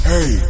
Hey